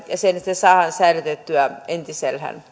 ja se että se saadaan säilytettyä entisellään